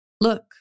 Look